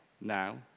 now